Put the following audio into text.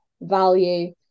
value